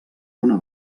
una